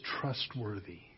trustworthy